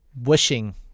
wishing